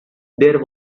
there